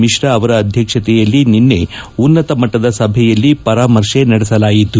ಮಿಶ್ರಾ ಅವರ ಅಧ್ಯಕ್ಷತೆಯಲ್ಲಿ ನಿನ್ನೆ ಉನ್ನತ ಮಟ್ಟದ ಸಭೆಯಲ್ಲಿ ಪರಾಮರ್ಶೆ ನಡೆಸಲಾಯಿತು